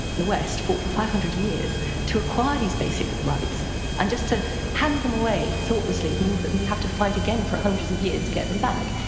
the west fought for five hundred years to acquire these basic rights and just to hand them away thoughtlessly means that and we have to fight again for hundreds of years just to get them back.